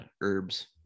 herbs